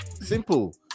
simple